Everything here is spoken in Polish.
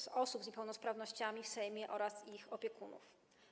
z niepełnosprawnościami w Sejmie oraz ich opiekunów.